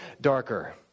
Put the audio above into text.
darker